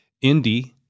Indy